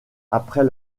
après